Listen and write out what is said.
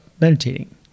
meditating